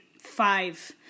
five